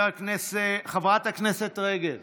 חברת הכנסת רגב,